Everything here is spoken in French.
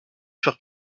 furent